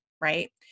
right